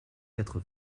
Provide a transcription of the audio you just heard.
quatre